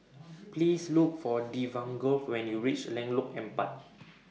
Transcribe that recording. Please Look For Devaughn when YOU REACH Lengkok Empat